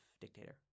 dictator